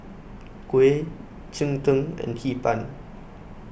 Kuih Cheng Tng and Hee Pan